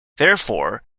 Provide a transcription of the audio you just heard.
therefore